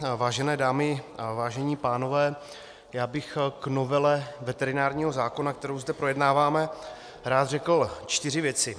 Vážené dámy a vážení pánové, já bych k novele veterinárního zákona, kterou zde projednáváme, rád řekl čtyři věci.